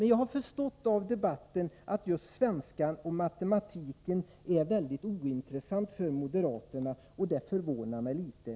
Jag har förstått av debatten att just svenskan och matematiken är mycket ointressanta för moderaterna. Det förvånar mig litet.